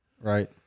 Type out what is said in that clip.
Right